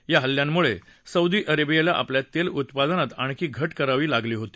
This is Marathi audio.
या हल्ल्यांमुळे सौदी अरेबियाला आपल्या तेल उत्पादनात आणखी घट करावी लागली होती